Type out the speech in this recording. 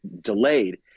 delayed